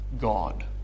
God